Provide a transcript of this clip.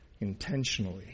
intentionally